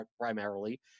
primarily